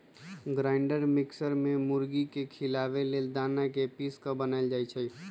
grinder mixer में मुर्गी के खियाबे लेल दना के पिस के बनाएल जाइ छइ